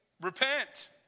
Repent